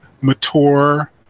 mature